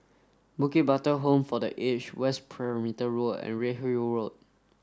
Bukit Batok Home for the Aged West Perimeter Road and Redhill Road